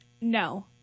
No